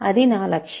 అది నా లక్ష్యం